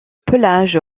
pelage